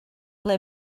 ble